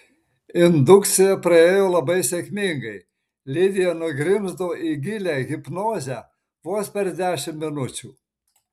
indukcija praėjo labai sėkmingai lidija nugrimzdo į gilią hipnozę vos per dešimt minučių